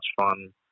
fun